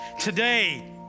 Today